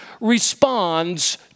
responds